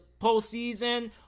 postseason